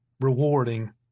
rewarding